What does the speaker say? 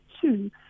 two